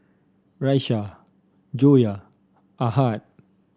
Raisya Joyah Ahad